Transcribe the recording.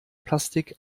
plastik